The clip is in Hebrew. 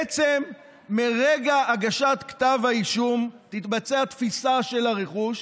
בעצם מרגע הגשת כתב האישום תתבצע תפיסה של הרכוש,